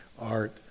art